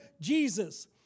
Jesus